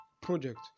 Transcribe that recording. project